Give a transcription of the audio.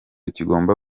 kigomba